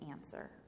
answer